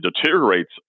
deteriorates